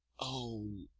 o,